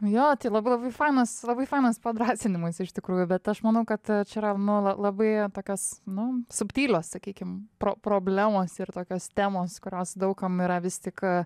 jo tai labai labai fanas labai fainas padrąsinimas iš tikrųjų bet aš manau kad čia yra nu labai tokios nu subtilios sakykime pro problemos ir tokios temos kurios daug kam yra vis tik